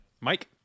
Mike